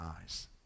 eyes